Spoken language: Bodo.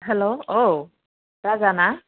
हेल' औ राजा ना